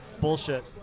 bullshit